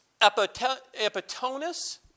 Epitonus